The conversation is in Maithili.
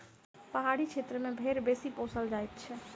पहाड़ी क्षेत्र मे भेंड़ बेसी पोसल जाइत छै